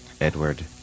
Edward